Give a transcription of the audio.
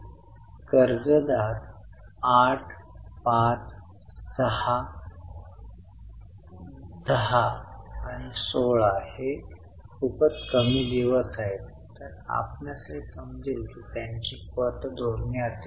एकतर मी खाते तयार केले आहे तसे खाते तयार करा किंवा आपण एक वर्किंग नोट बनवू शकता परंतु 39600 च्या रकमेवर पोहोचेल